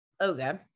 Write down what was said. Okay